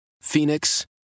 Phoenix